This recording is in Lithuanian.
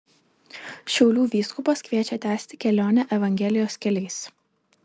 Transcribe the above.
šiaulių vyskupas kviečia tęsti kelionę evangelijos keliais